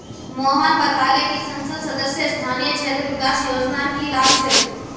मोहन बताले कि संसद सदस्य स्थानीय क्षेत्र विकास योजनार की लाभ छेक